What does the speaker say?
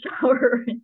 shower